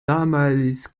damals